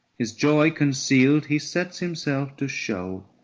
his joy concealed, he sets himself to show,